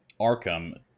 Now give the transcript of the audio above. arkham